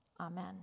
Amen